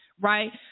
Right